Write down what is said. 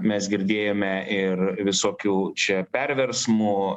mes girdėjome ir visokių čia perversmų